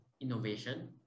Innovation